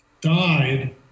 died